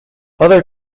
other